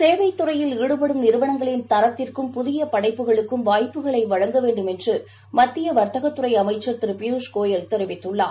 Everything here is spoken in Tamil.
சேவைத் துறையில் ஈடுபடும் றிறுவனங்கள் தரத்திற்கும் புதியபடைப்புகளுக்கும் வாய்ப்புகளைவழங்க வேண்டும் என்றுமத்தியவர்த்தகத் துறைஅமைச்சர் திருபியூஷ் கோயல் தெரிவித்துள்ளார்